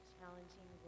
challenging